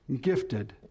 gifted